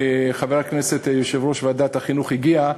חבר הכנסת, יושב-ראש ועדת החינוך, הגיע.